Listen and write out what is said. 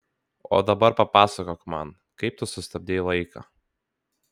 o dabar papasakok man kaip tu sustabdei laiką